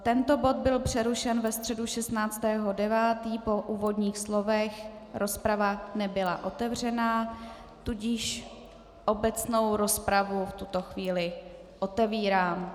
Tento bod byl přerušen ve středu 15. 9. po úvodních slovech, rozprava nebyla otevřena, tudíž obecnou rozpravu v tuto chvíli otevírám.